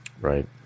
right